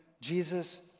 Jesus